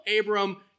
Abram